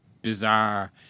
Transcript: Bizarre